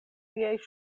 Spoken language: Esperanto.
miaj